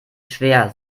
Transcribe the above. schwer